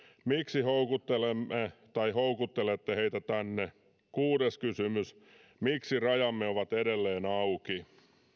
miksi houkuttelette heitä tänne kuudes kysymys miksi rajamme ovat edelleen auki